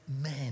men